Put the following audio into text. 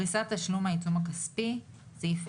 ברירת המחדל צריכה להיות שאני נותן